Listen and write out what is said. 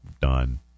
Done